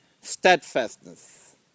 steadfastness